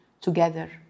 together